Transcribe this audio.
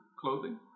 clothing